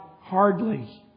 hardly